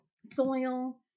soil